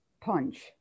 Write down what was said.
punch